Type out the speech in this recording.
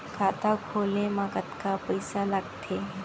खाता खोले मा कतका पइसा लागथे?